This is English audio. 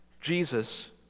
Jesus